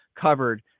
covered